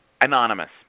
Anonymous